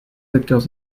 acteurs